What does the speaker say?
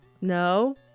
no